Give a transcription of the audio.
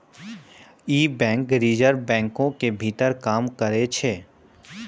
इ bank reserve बैंको के भीतर काम करै छै